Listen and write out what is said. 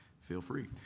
feel free.